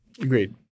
Agreed